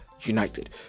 United